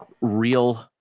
real